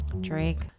Drake